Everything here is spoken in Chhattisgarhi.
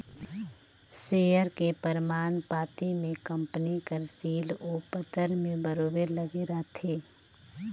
सेयर के परमान पाती में कंपनी कर सील ओ पतर में बरोबेर लगे रहथे